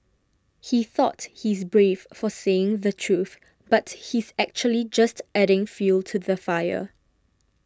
he thought he's brave for saying the truth but he's actually just adding fuel to the fire